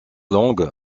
langue